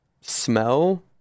smell